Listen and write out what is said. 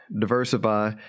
Diversify